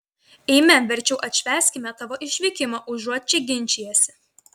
eime verčiau atšvęskime tavo išvykimą užuot čia ginčijęsi